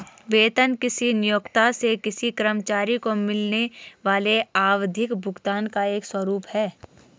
वेतन किसी नियोक्ता से किसी कर्मचारी को मिलने वाले आवधिक भुगतान का एक स्वरूप है